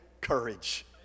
courage